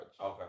Okay